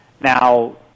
Now